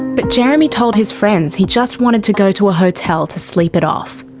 but jeremy told his friends he just wanted to go to a hotel to sleep it off.